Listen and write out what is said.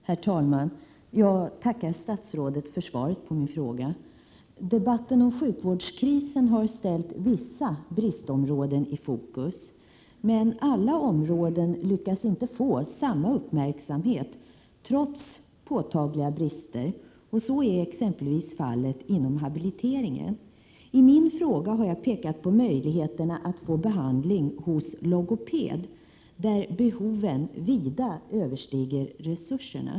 Herr talman! Jag tackar statsrådet för svaret på min fråga. 6 maj 1988 Debatten om sjukvårdskrisen har ställt vissa bristområden i fokus, men alla områden lyckas inte få samma uppmärksamhet trots påtagliga brister. Så är det exempelvis inom habiliteringen. I min fråga har jag pekat på möjligheterna att få behandling hos logoped, ett område där behoven vida överstiger resurser.